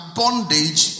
bondage